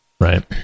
Right